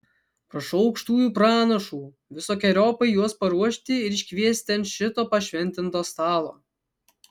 prašau aukštųjų pranašų visokeriopai juos paruošti ir iškviesti ant šito pašventinto stalo